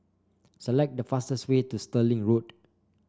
select the fastest way to Stirling Road